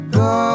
go